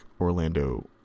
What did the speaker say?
Orlando